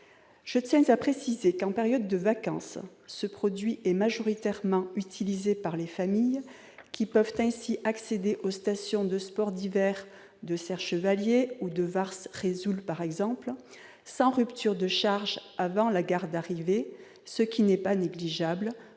Je tiens à préciser que, en période de vacances, ce produit est majoritairement utilisé par les familles, qui peuvent ainsi accéder aux stations de sports d'hiver de Serre-Chevalier ou de Vars-Risoul, par exemple, sans rupture de charge avant la gare d'arrivée, ce qui n'est pas négligeable,